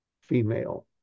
female